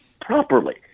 properly